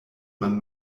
man